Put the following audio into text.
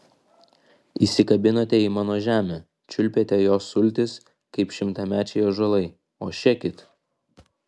įsikabinote į mano žemę čiulpėte jos sultis kaip šimtamečiai ąžuolai o šekit